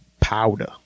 Powder